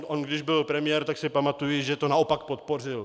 On když byl premiér, tak si pamatuji, že to naopak podpořil.